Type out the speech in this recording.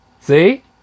See